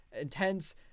intense